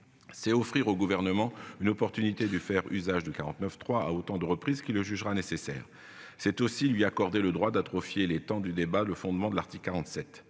C'est offrir au gouvernement une opportunité de faire usage du 49.3 à autant de reprises qui le jugera nécessaire. C'est aussi lui accorder le droit d'atrophier les temps du débat le fondement de l'article 47